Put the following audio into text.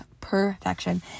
perfection